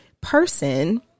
person